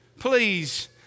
Please